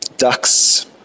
Ducks